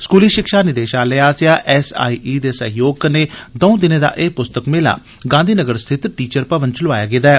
स्कूली शिक्षा निदेशालय आसेआ एसआईई दे सैह्योग कन्नै दौं दिनें दा एह् मेला गांधी नगर स्थित टीचर भवन च लोआया गेदा ऐ